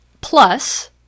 plus